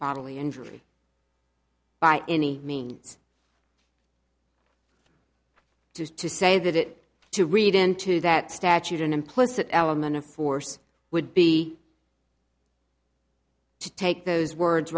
bodily injury by any means just to say that it to read into that statute an implicit element of force would be to take those words